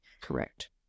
correct